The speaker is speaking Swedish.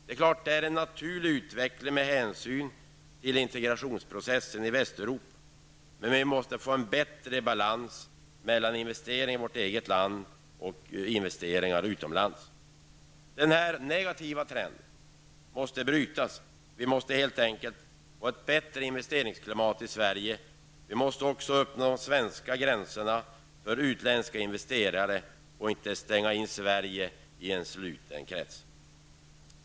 Det är klart att det är en naturlig utveckling med hänsyn till integrationsprocessen i Västeuropa. Men det måste bli en bättre balans mellan investeringar i vårt eget land och investeringar utomlands. Den här negativa trenden måste alltså brytas. Det måste helt enkelt bli ett bättre investeringsklimat i Sverige. Vi måste också öppna gränserna för utländska investerare. Vi får inte stänga in Sverige. Det får alltså inte vara fråga om en sluten krets.